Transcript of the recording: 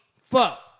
Fuck